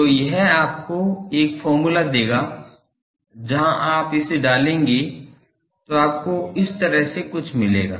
तो यह आपको एक फॉर्मूला देगा जहां आप इसे डालेंगे तो आपको इस तरह से कुछ मिलेगा